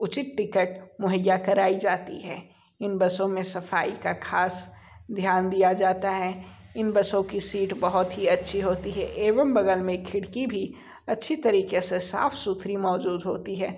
उचित टिकट मुहैया कराई जाती है इन बसों में सफाई का ख़ास ध्यान दिया जाता है इन बसों की सीट बहुत ही अच्छी होती है एवं बगल में खिड़की भी अच्छी तरीके से साफ सुथरी मौजूद होती है